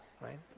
right